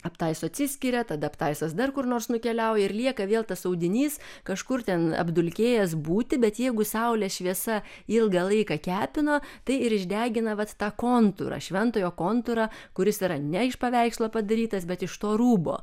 aptaiso atsiskiria tada aptaisas dar kur nors nukeliauja ir lieka vėl tas audinys kažkur ten apdulkėjęs būti bet jeigu saulės šviesa ilgą laiką kepino tai ir išdegina vat tą kontūrą šventojo kontūrą kuris yra ne iš paveikslo padarytas bet iš to rūbo